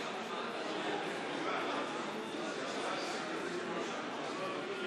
לנו יושב-ראש ועדת כספים מעולה.